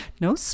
No